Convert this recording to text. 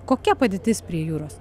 kokia padėtis prie jūros